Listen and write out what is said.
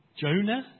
Jonah